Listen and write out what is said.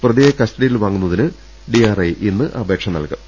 പ്രതിയെ കസ്റ്റഡിയിൽ വാങ്ങുന്നതിന് ഡി ആർ ഐ ഇന്ന് അപേക്ഷ നൽകും